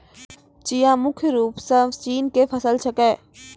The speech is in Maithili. चिया मुख्य रूप सॅ चीन के फसल छेकै